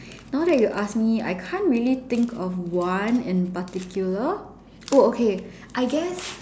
now that you ask me I can't really think of one in particular oh okay I guess